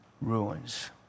ruins